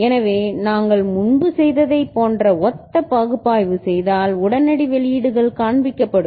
எனவே நாங்கள் முன்பு செய்ததைப் போன்ற ஒத்த பகுப்பாய்வு செய்தால் உடனடி வெளியீடுகள் காண்பிக்கப்படும்